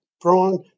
Brian